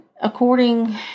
according